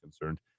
concerned